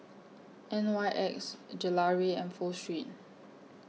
N Y X Gelare and Pho Street